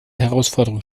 herausforderung